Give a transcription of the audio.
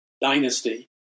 dynasty